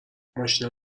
ماشینو